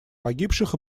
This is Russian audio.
погибших